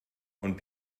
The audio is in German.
und